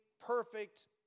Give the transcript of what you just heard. perfect